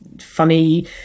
funny